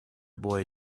boy